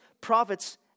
prophets